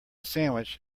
sandwich